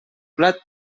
plat